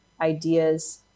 ideas